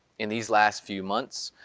in these last few months,